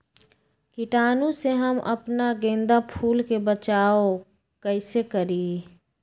कीटाणु से हम अपना गेंदा फूल के बचाओ कई से करी?